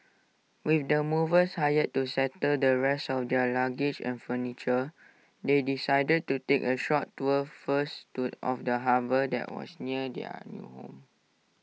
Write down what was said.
with the movers hired to settle the rest of their luggage and furniture they decided to take A short tour first to of the harbour that was near their new home